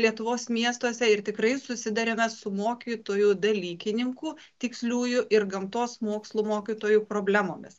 lietuvos miestuose ir tikrai susiduriame su mokytojų dalykininkų tiksliųjų ir gamtos mokslų mokytojų problemomis